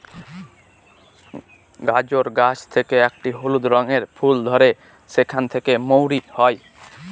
গাজর গাছ থেকে একটি হলুদ রঙের ফুল ধরে সেখান থেকে মৌরি হয়